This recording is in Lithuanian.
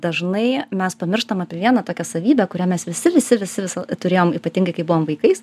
dažnai mes pamirštam apie vieną tokią savybę kurią mes visi visi visi visi turėjom ypatingai kai buvom vaikais